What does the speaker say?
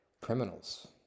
criminals